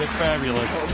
fabulous.